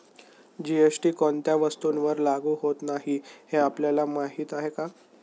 GST कोणत्या वस्तूंवर लागू होत नाही हे आपल्याला माहीत आहे का?